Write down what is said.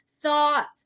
thoughts